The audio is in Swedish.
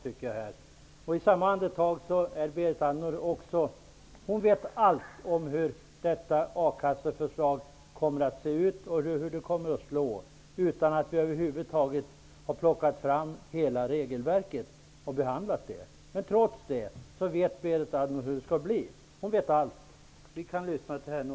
Berit Andnor vet allt om hur a-kasseförslaget kommer att se ut och hur det kommer att slå, utan att hela regelverket är framtaget för behandling. Trots det vet Berit Andnor hur det blir. Hon vet allt. Vi kan nöja oss med att lyssna till henne.